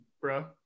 bro